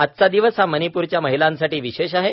आजचा दिवस हा माणिप्रच्या महिलासाठी विशेष आहे